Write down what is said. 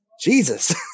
Jesus